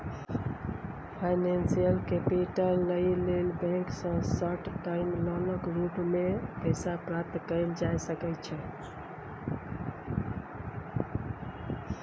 financial capital लइ लेल bank सँ शार्ट टर्म लोनक रूप मे पैसा प्राप्त कएल जा सकइ छै